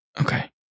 Okay